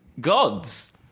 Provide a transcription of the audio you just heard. gods